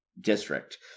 district